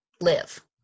live